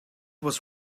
was